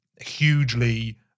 hugely